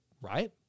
Right